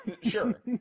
Sure